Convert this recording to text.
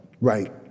Right